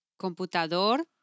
Computador